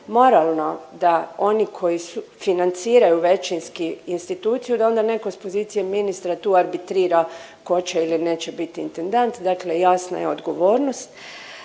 moralno da oni koji financiraju većinski instituciju da onda netko s pozicije ministra tu arbitrira tko će ili neće biti intendant, dakle jasna je odgovornost.